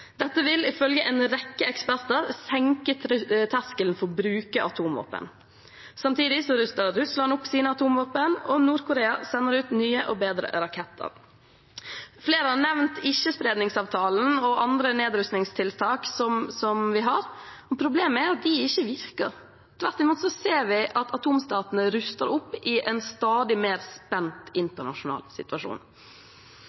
Dette vil ifølge en rekke eksperter senke terskelen for å bruke atomvåpen. Samtidig ruster Russland opp med sine atomvåpen, og Nord-Korea sender ut nye og bedre raketter. Flere har nevnt ikkespredningsavtalen og andre nedrustningstiltak vi har. Problemet er at de ikke virker. Tvert imot ser vi at atomstatene ruster opp i en stadig mer spent